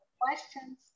questions